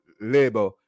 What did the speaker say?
labor